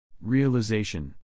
Realization